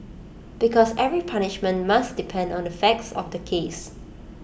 because every punishment must depend on the facts of the case